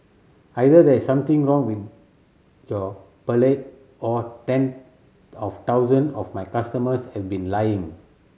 either there is something wrong with your palate or ten of thousand of my customers have been lying